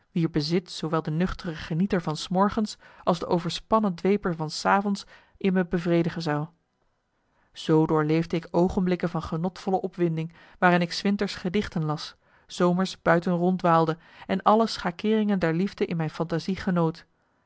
wier bezit zoowel de nuchtere genieter van s morgens als de overspannen dweper van s avonds in me bevredigen zou zoo doorleefde ik oogenblikken van genotvolle opwinding waarin ik s winters gedichten las s zomers buiten ronddwaalde en alle schakeeringen der liefde in mijn fantasie genoot